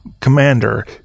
Commander